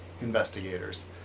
investigators